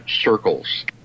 Circles